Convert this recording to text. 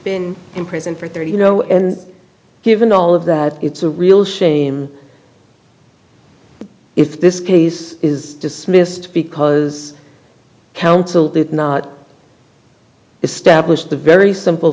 been in prison for thirty you know and given all of that it's a real shame if this case is dismissed because counsel did not establish the very simple